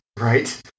Right